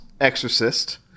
Exorcist